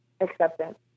Acceptance